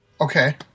Okay